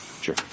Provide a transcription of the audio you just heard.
Sure